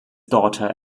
daughter